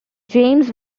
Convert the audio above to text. james